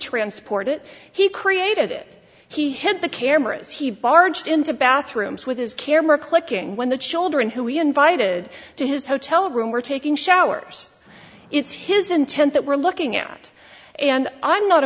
transport it he created it he hid the cameras he barged into bathrooms with his camera clicking when the children who were invited to his hotel room were taking showers it's his intent that we're looking at and i'm not